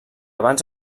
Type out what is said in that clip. abans